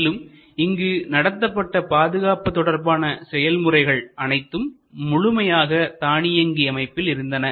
மேலும் இங்கு நடத்தப்பட்ட பாதுகாப்பு தொடர்பான செயல் முறைகள் அனைத்தும் முழுமையாக தானியங்கி அமைப்பில் இருந்தன